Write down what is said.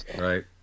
right